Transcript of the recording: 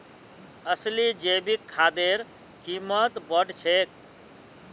असली जैविक खादेर कीमत बढ़ छेक